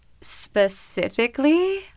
specifically